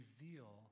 reveal